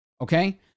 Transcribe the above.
Okay